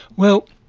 well,